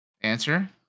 Answer